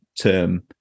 term